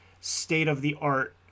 state-of-the-art